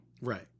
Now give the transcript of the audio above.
Right